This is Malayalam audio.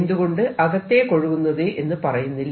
എന്തുകൊണ്ട് അകത്തേക്കൊഴുകുന്നത് എന്ന് പറയുന്നില്ല